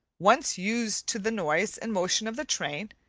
once used to the noise and motion of the train.